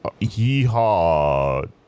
Yeehaw